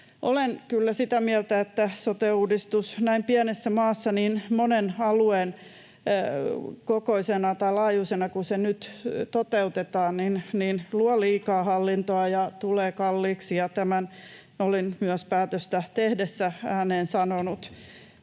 kyllä sitä mieltä, että sote-uudistus näin pienessä maassa niin monen alueen kokoisena tai laajuisena kuin se nyt toteutetaan, luo liikaa hallintoa ja tulee kalliiksi, ja tämän olen myös päätöstä tehdessä ääneen sanonut.